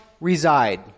reside